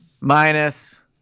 minus